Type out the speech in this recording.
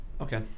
Okay